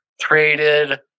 traded